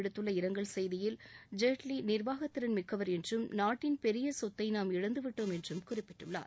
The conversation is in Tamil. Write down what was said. விடுத்துள்ள இரங்கல் செய்தியில் ஜேட்லி நிர்வாகத்திறன் மிக்கவர் என்றும் நாட்டின் பெரிய சொத்தை நாம் இழந்துவிட்டோம் என்றும் குறிப்பிட்டுள்ளார்